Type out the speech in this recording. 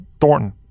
Thornton